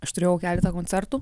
aš turėjau keletą koncertų